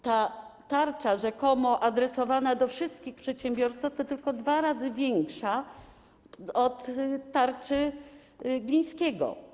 Ta tarcza, rzekomo adresowana do wszystkich przedsiębiorców, jest tylko dwa razy większa od tarczy Glińskiego.